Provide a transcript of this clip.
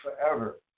forever